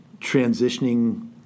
transitioning